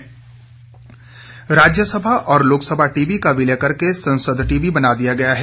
संसद टीवी राज्यसभा और लोकसभा टीवी का विलय करके संसद टीवी बना दिया गया है